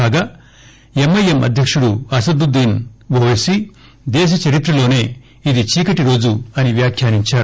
కాగా ఎంఐఎం అధ్యకుడు అసదుద్దీన్ ఒపైసీ దేశ చరిత్రలోసే ఇది చీకటిరోజు అని వ్యాఖ్యానించారు